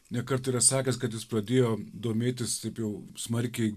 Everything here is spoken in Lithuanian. ne kartą yra sakęs kad jis pradėjo domėtis taip jau smarkiai